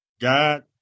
God